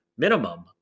minimum